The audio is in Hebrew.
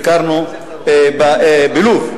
ביקרנו בלוב.